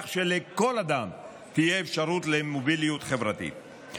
שלכל אדם תהיה אפשרות למוביליות חברתית.